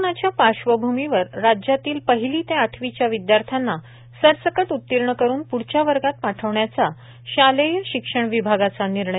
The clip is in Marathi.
कोरोंनाच्या पार्श्वभूमीवर राज्यातील पहिली ते आठवी च्या विद्यार्थ्यांना सरसकट उत्तीर्ण करून प्ढच्या वर्गात पाठवण्याचा शालेय शिक्षण विभागाचा निर्णय